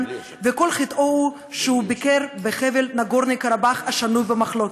וכל חטאו הוא שהוא ביקר בחבל נגורנו-קרבאך השנוי במחלוקת.